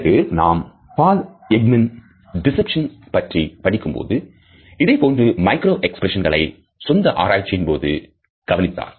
பிறகு நாம் Paul Ekman 'deception' பற்றிப் படிக்கும்போது இதேபோன்று மைக்ரோ எக்ஸ்பிரஷன்ஸ்களை சொந்த ஆராய்ச்சியின் போது கவனித்தார்